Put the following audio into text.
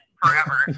forever